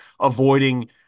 avoiding